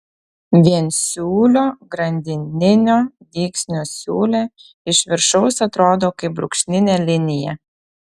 viensiūlio grandininio dygsnio siūlė iš viršaus atrodo kaip brūkšninė linija